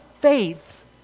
faith